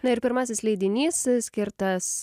na ir pirmasis leidinys skirtas